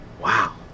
Wow